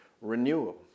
renewal